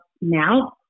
now